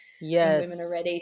Yes